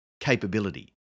capability